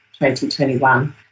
2021